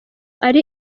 ari